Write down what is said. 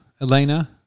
Elena